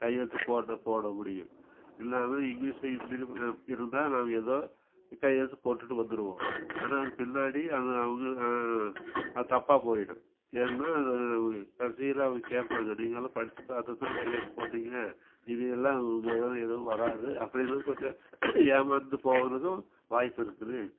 கையெழுத்து போட போட முடியும் எல்லாம் இங்லீஷு ஹிந்தியில் இருந்தால் நாங்க எதோ கையெழுத்து போட்டுட்டு வந்துடுவோம் ஆனால் அது பின்னாடி அது அவங்களுக்கு அது தப்பாக போயிடும் ஏன்னா கடைசியில் அவங்க கேட்பாங்க நீங்கெல்லாம் படித்து பார்த்து தான் கையெழுத்து போட்டிங்க இது எல்லாம் எதுவும் வராது அப்படினு கொஞ்சம் ஏமார்ந்து போகுறதுக்கும் வாய்ப்பு இருக்குது